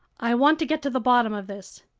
i want to get to the bottom of this.